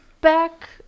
back